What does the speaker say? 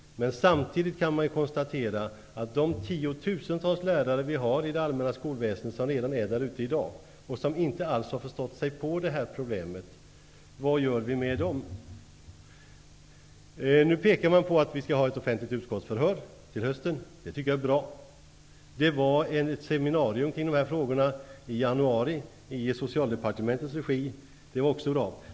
Men samtidigt kan man konstatera att vi har tiotusentals lärare i det allmänna skolväsendet som redan är där ute i dag och som inte alls har förstått sig på det här problemet. Vad gör vi med dem? Nu pekar man på att vi skall ha ett offentligt utskottsförhör till hösten. Det tycker jag är bra. Det var ett seminarium kring de här frågorna i januari i Socialdepartementets regi. Det var också bra.